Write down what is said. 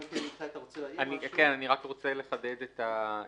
אני רק רוצה לחדד את ההערה.